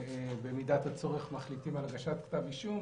ובמידת הצורך מחליטים על הגשת כתב אישום